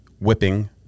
whipping